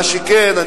מה שכן,